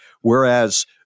Whereas